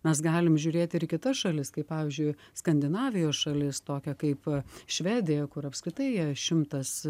mes galim žiūrėti ir į kitas šalis kaip pavyzdžiui skandinavijos šalis tokią kaip švedija kur apskritai jie šimtas